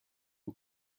who